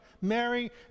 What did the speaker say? Mary